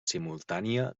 simultània